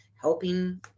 helping